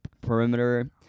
perimeter